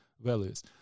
values